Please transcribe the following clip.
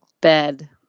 bed